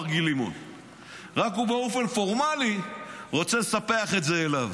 מר גיל לימון רק הוא באופן פורמלי רוצה לספח את זה אליו.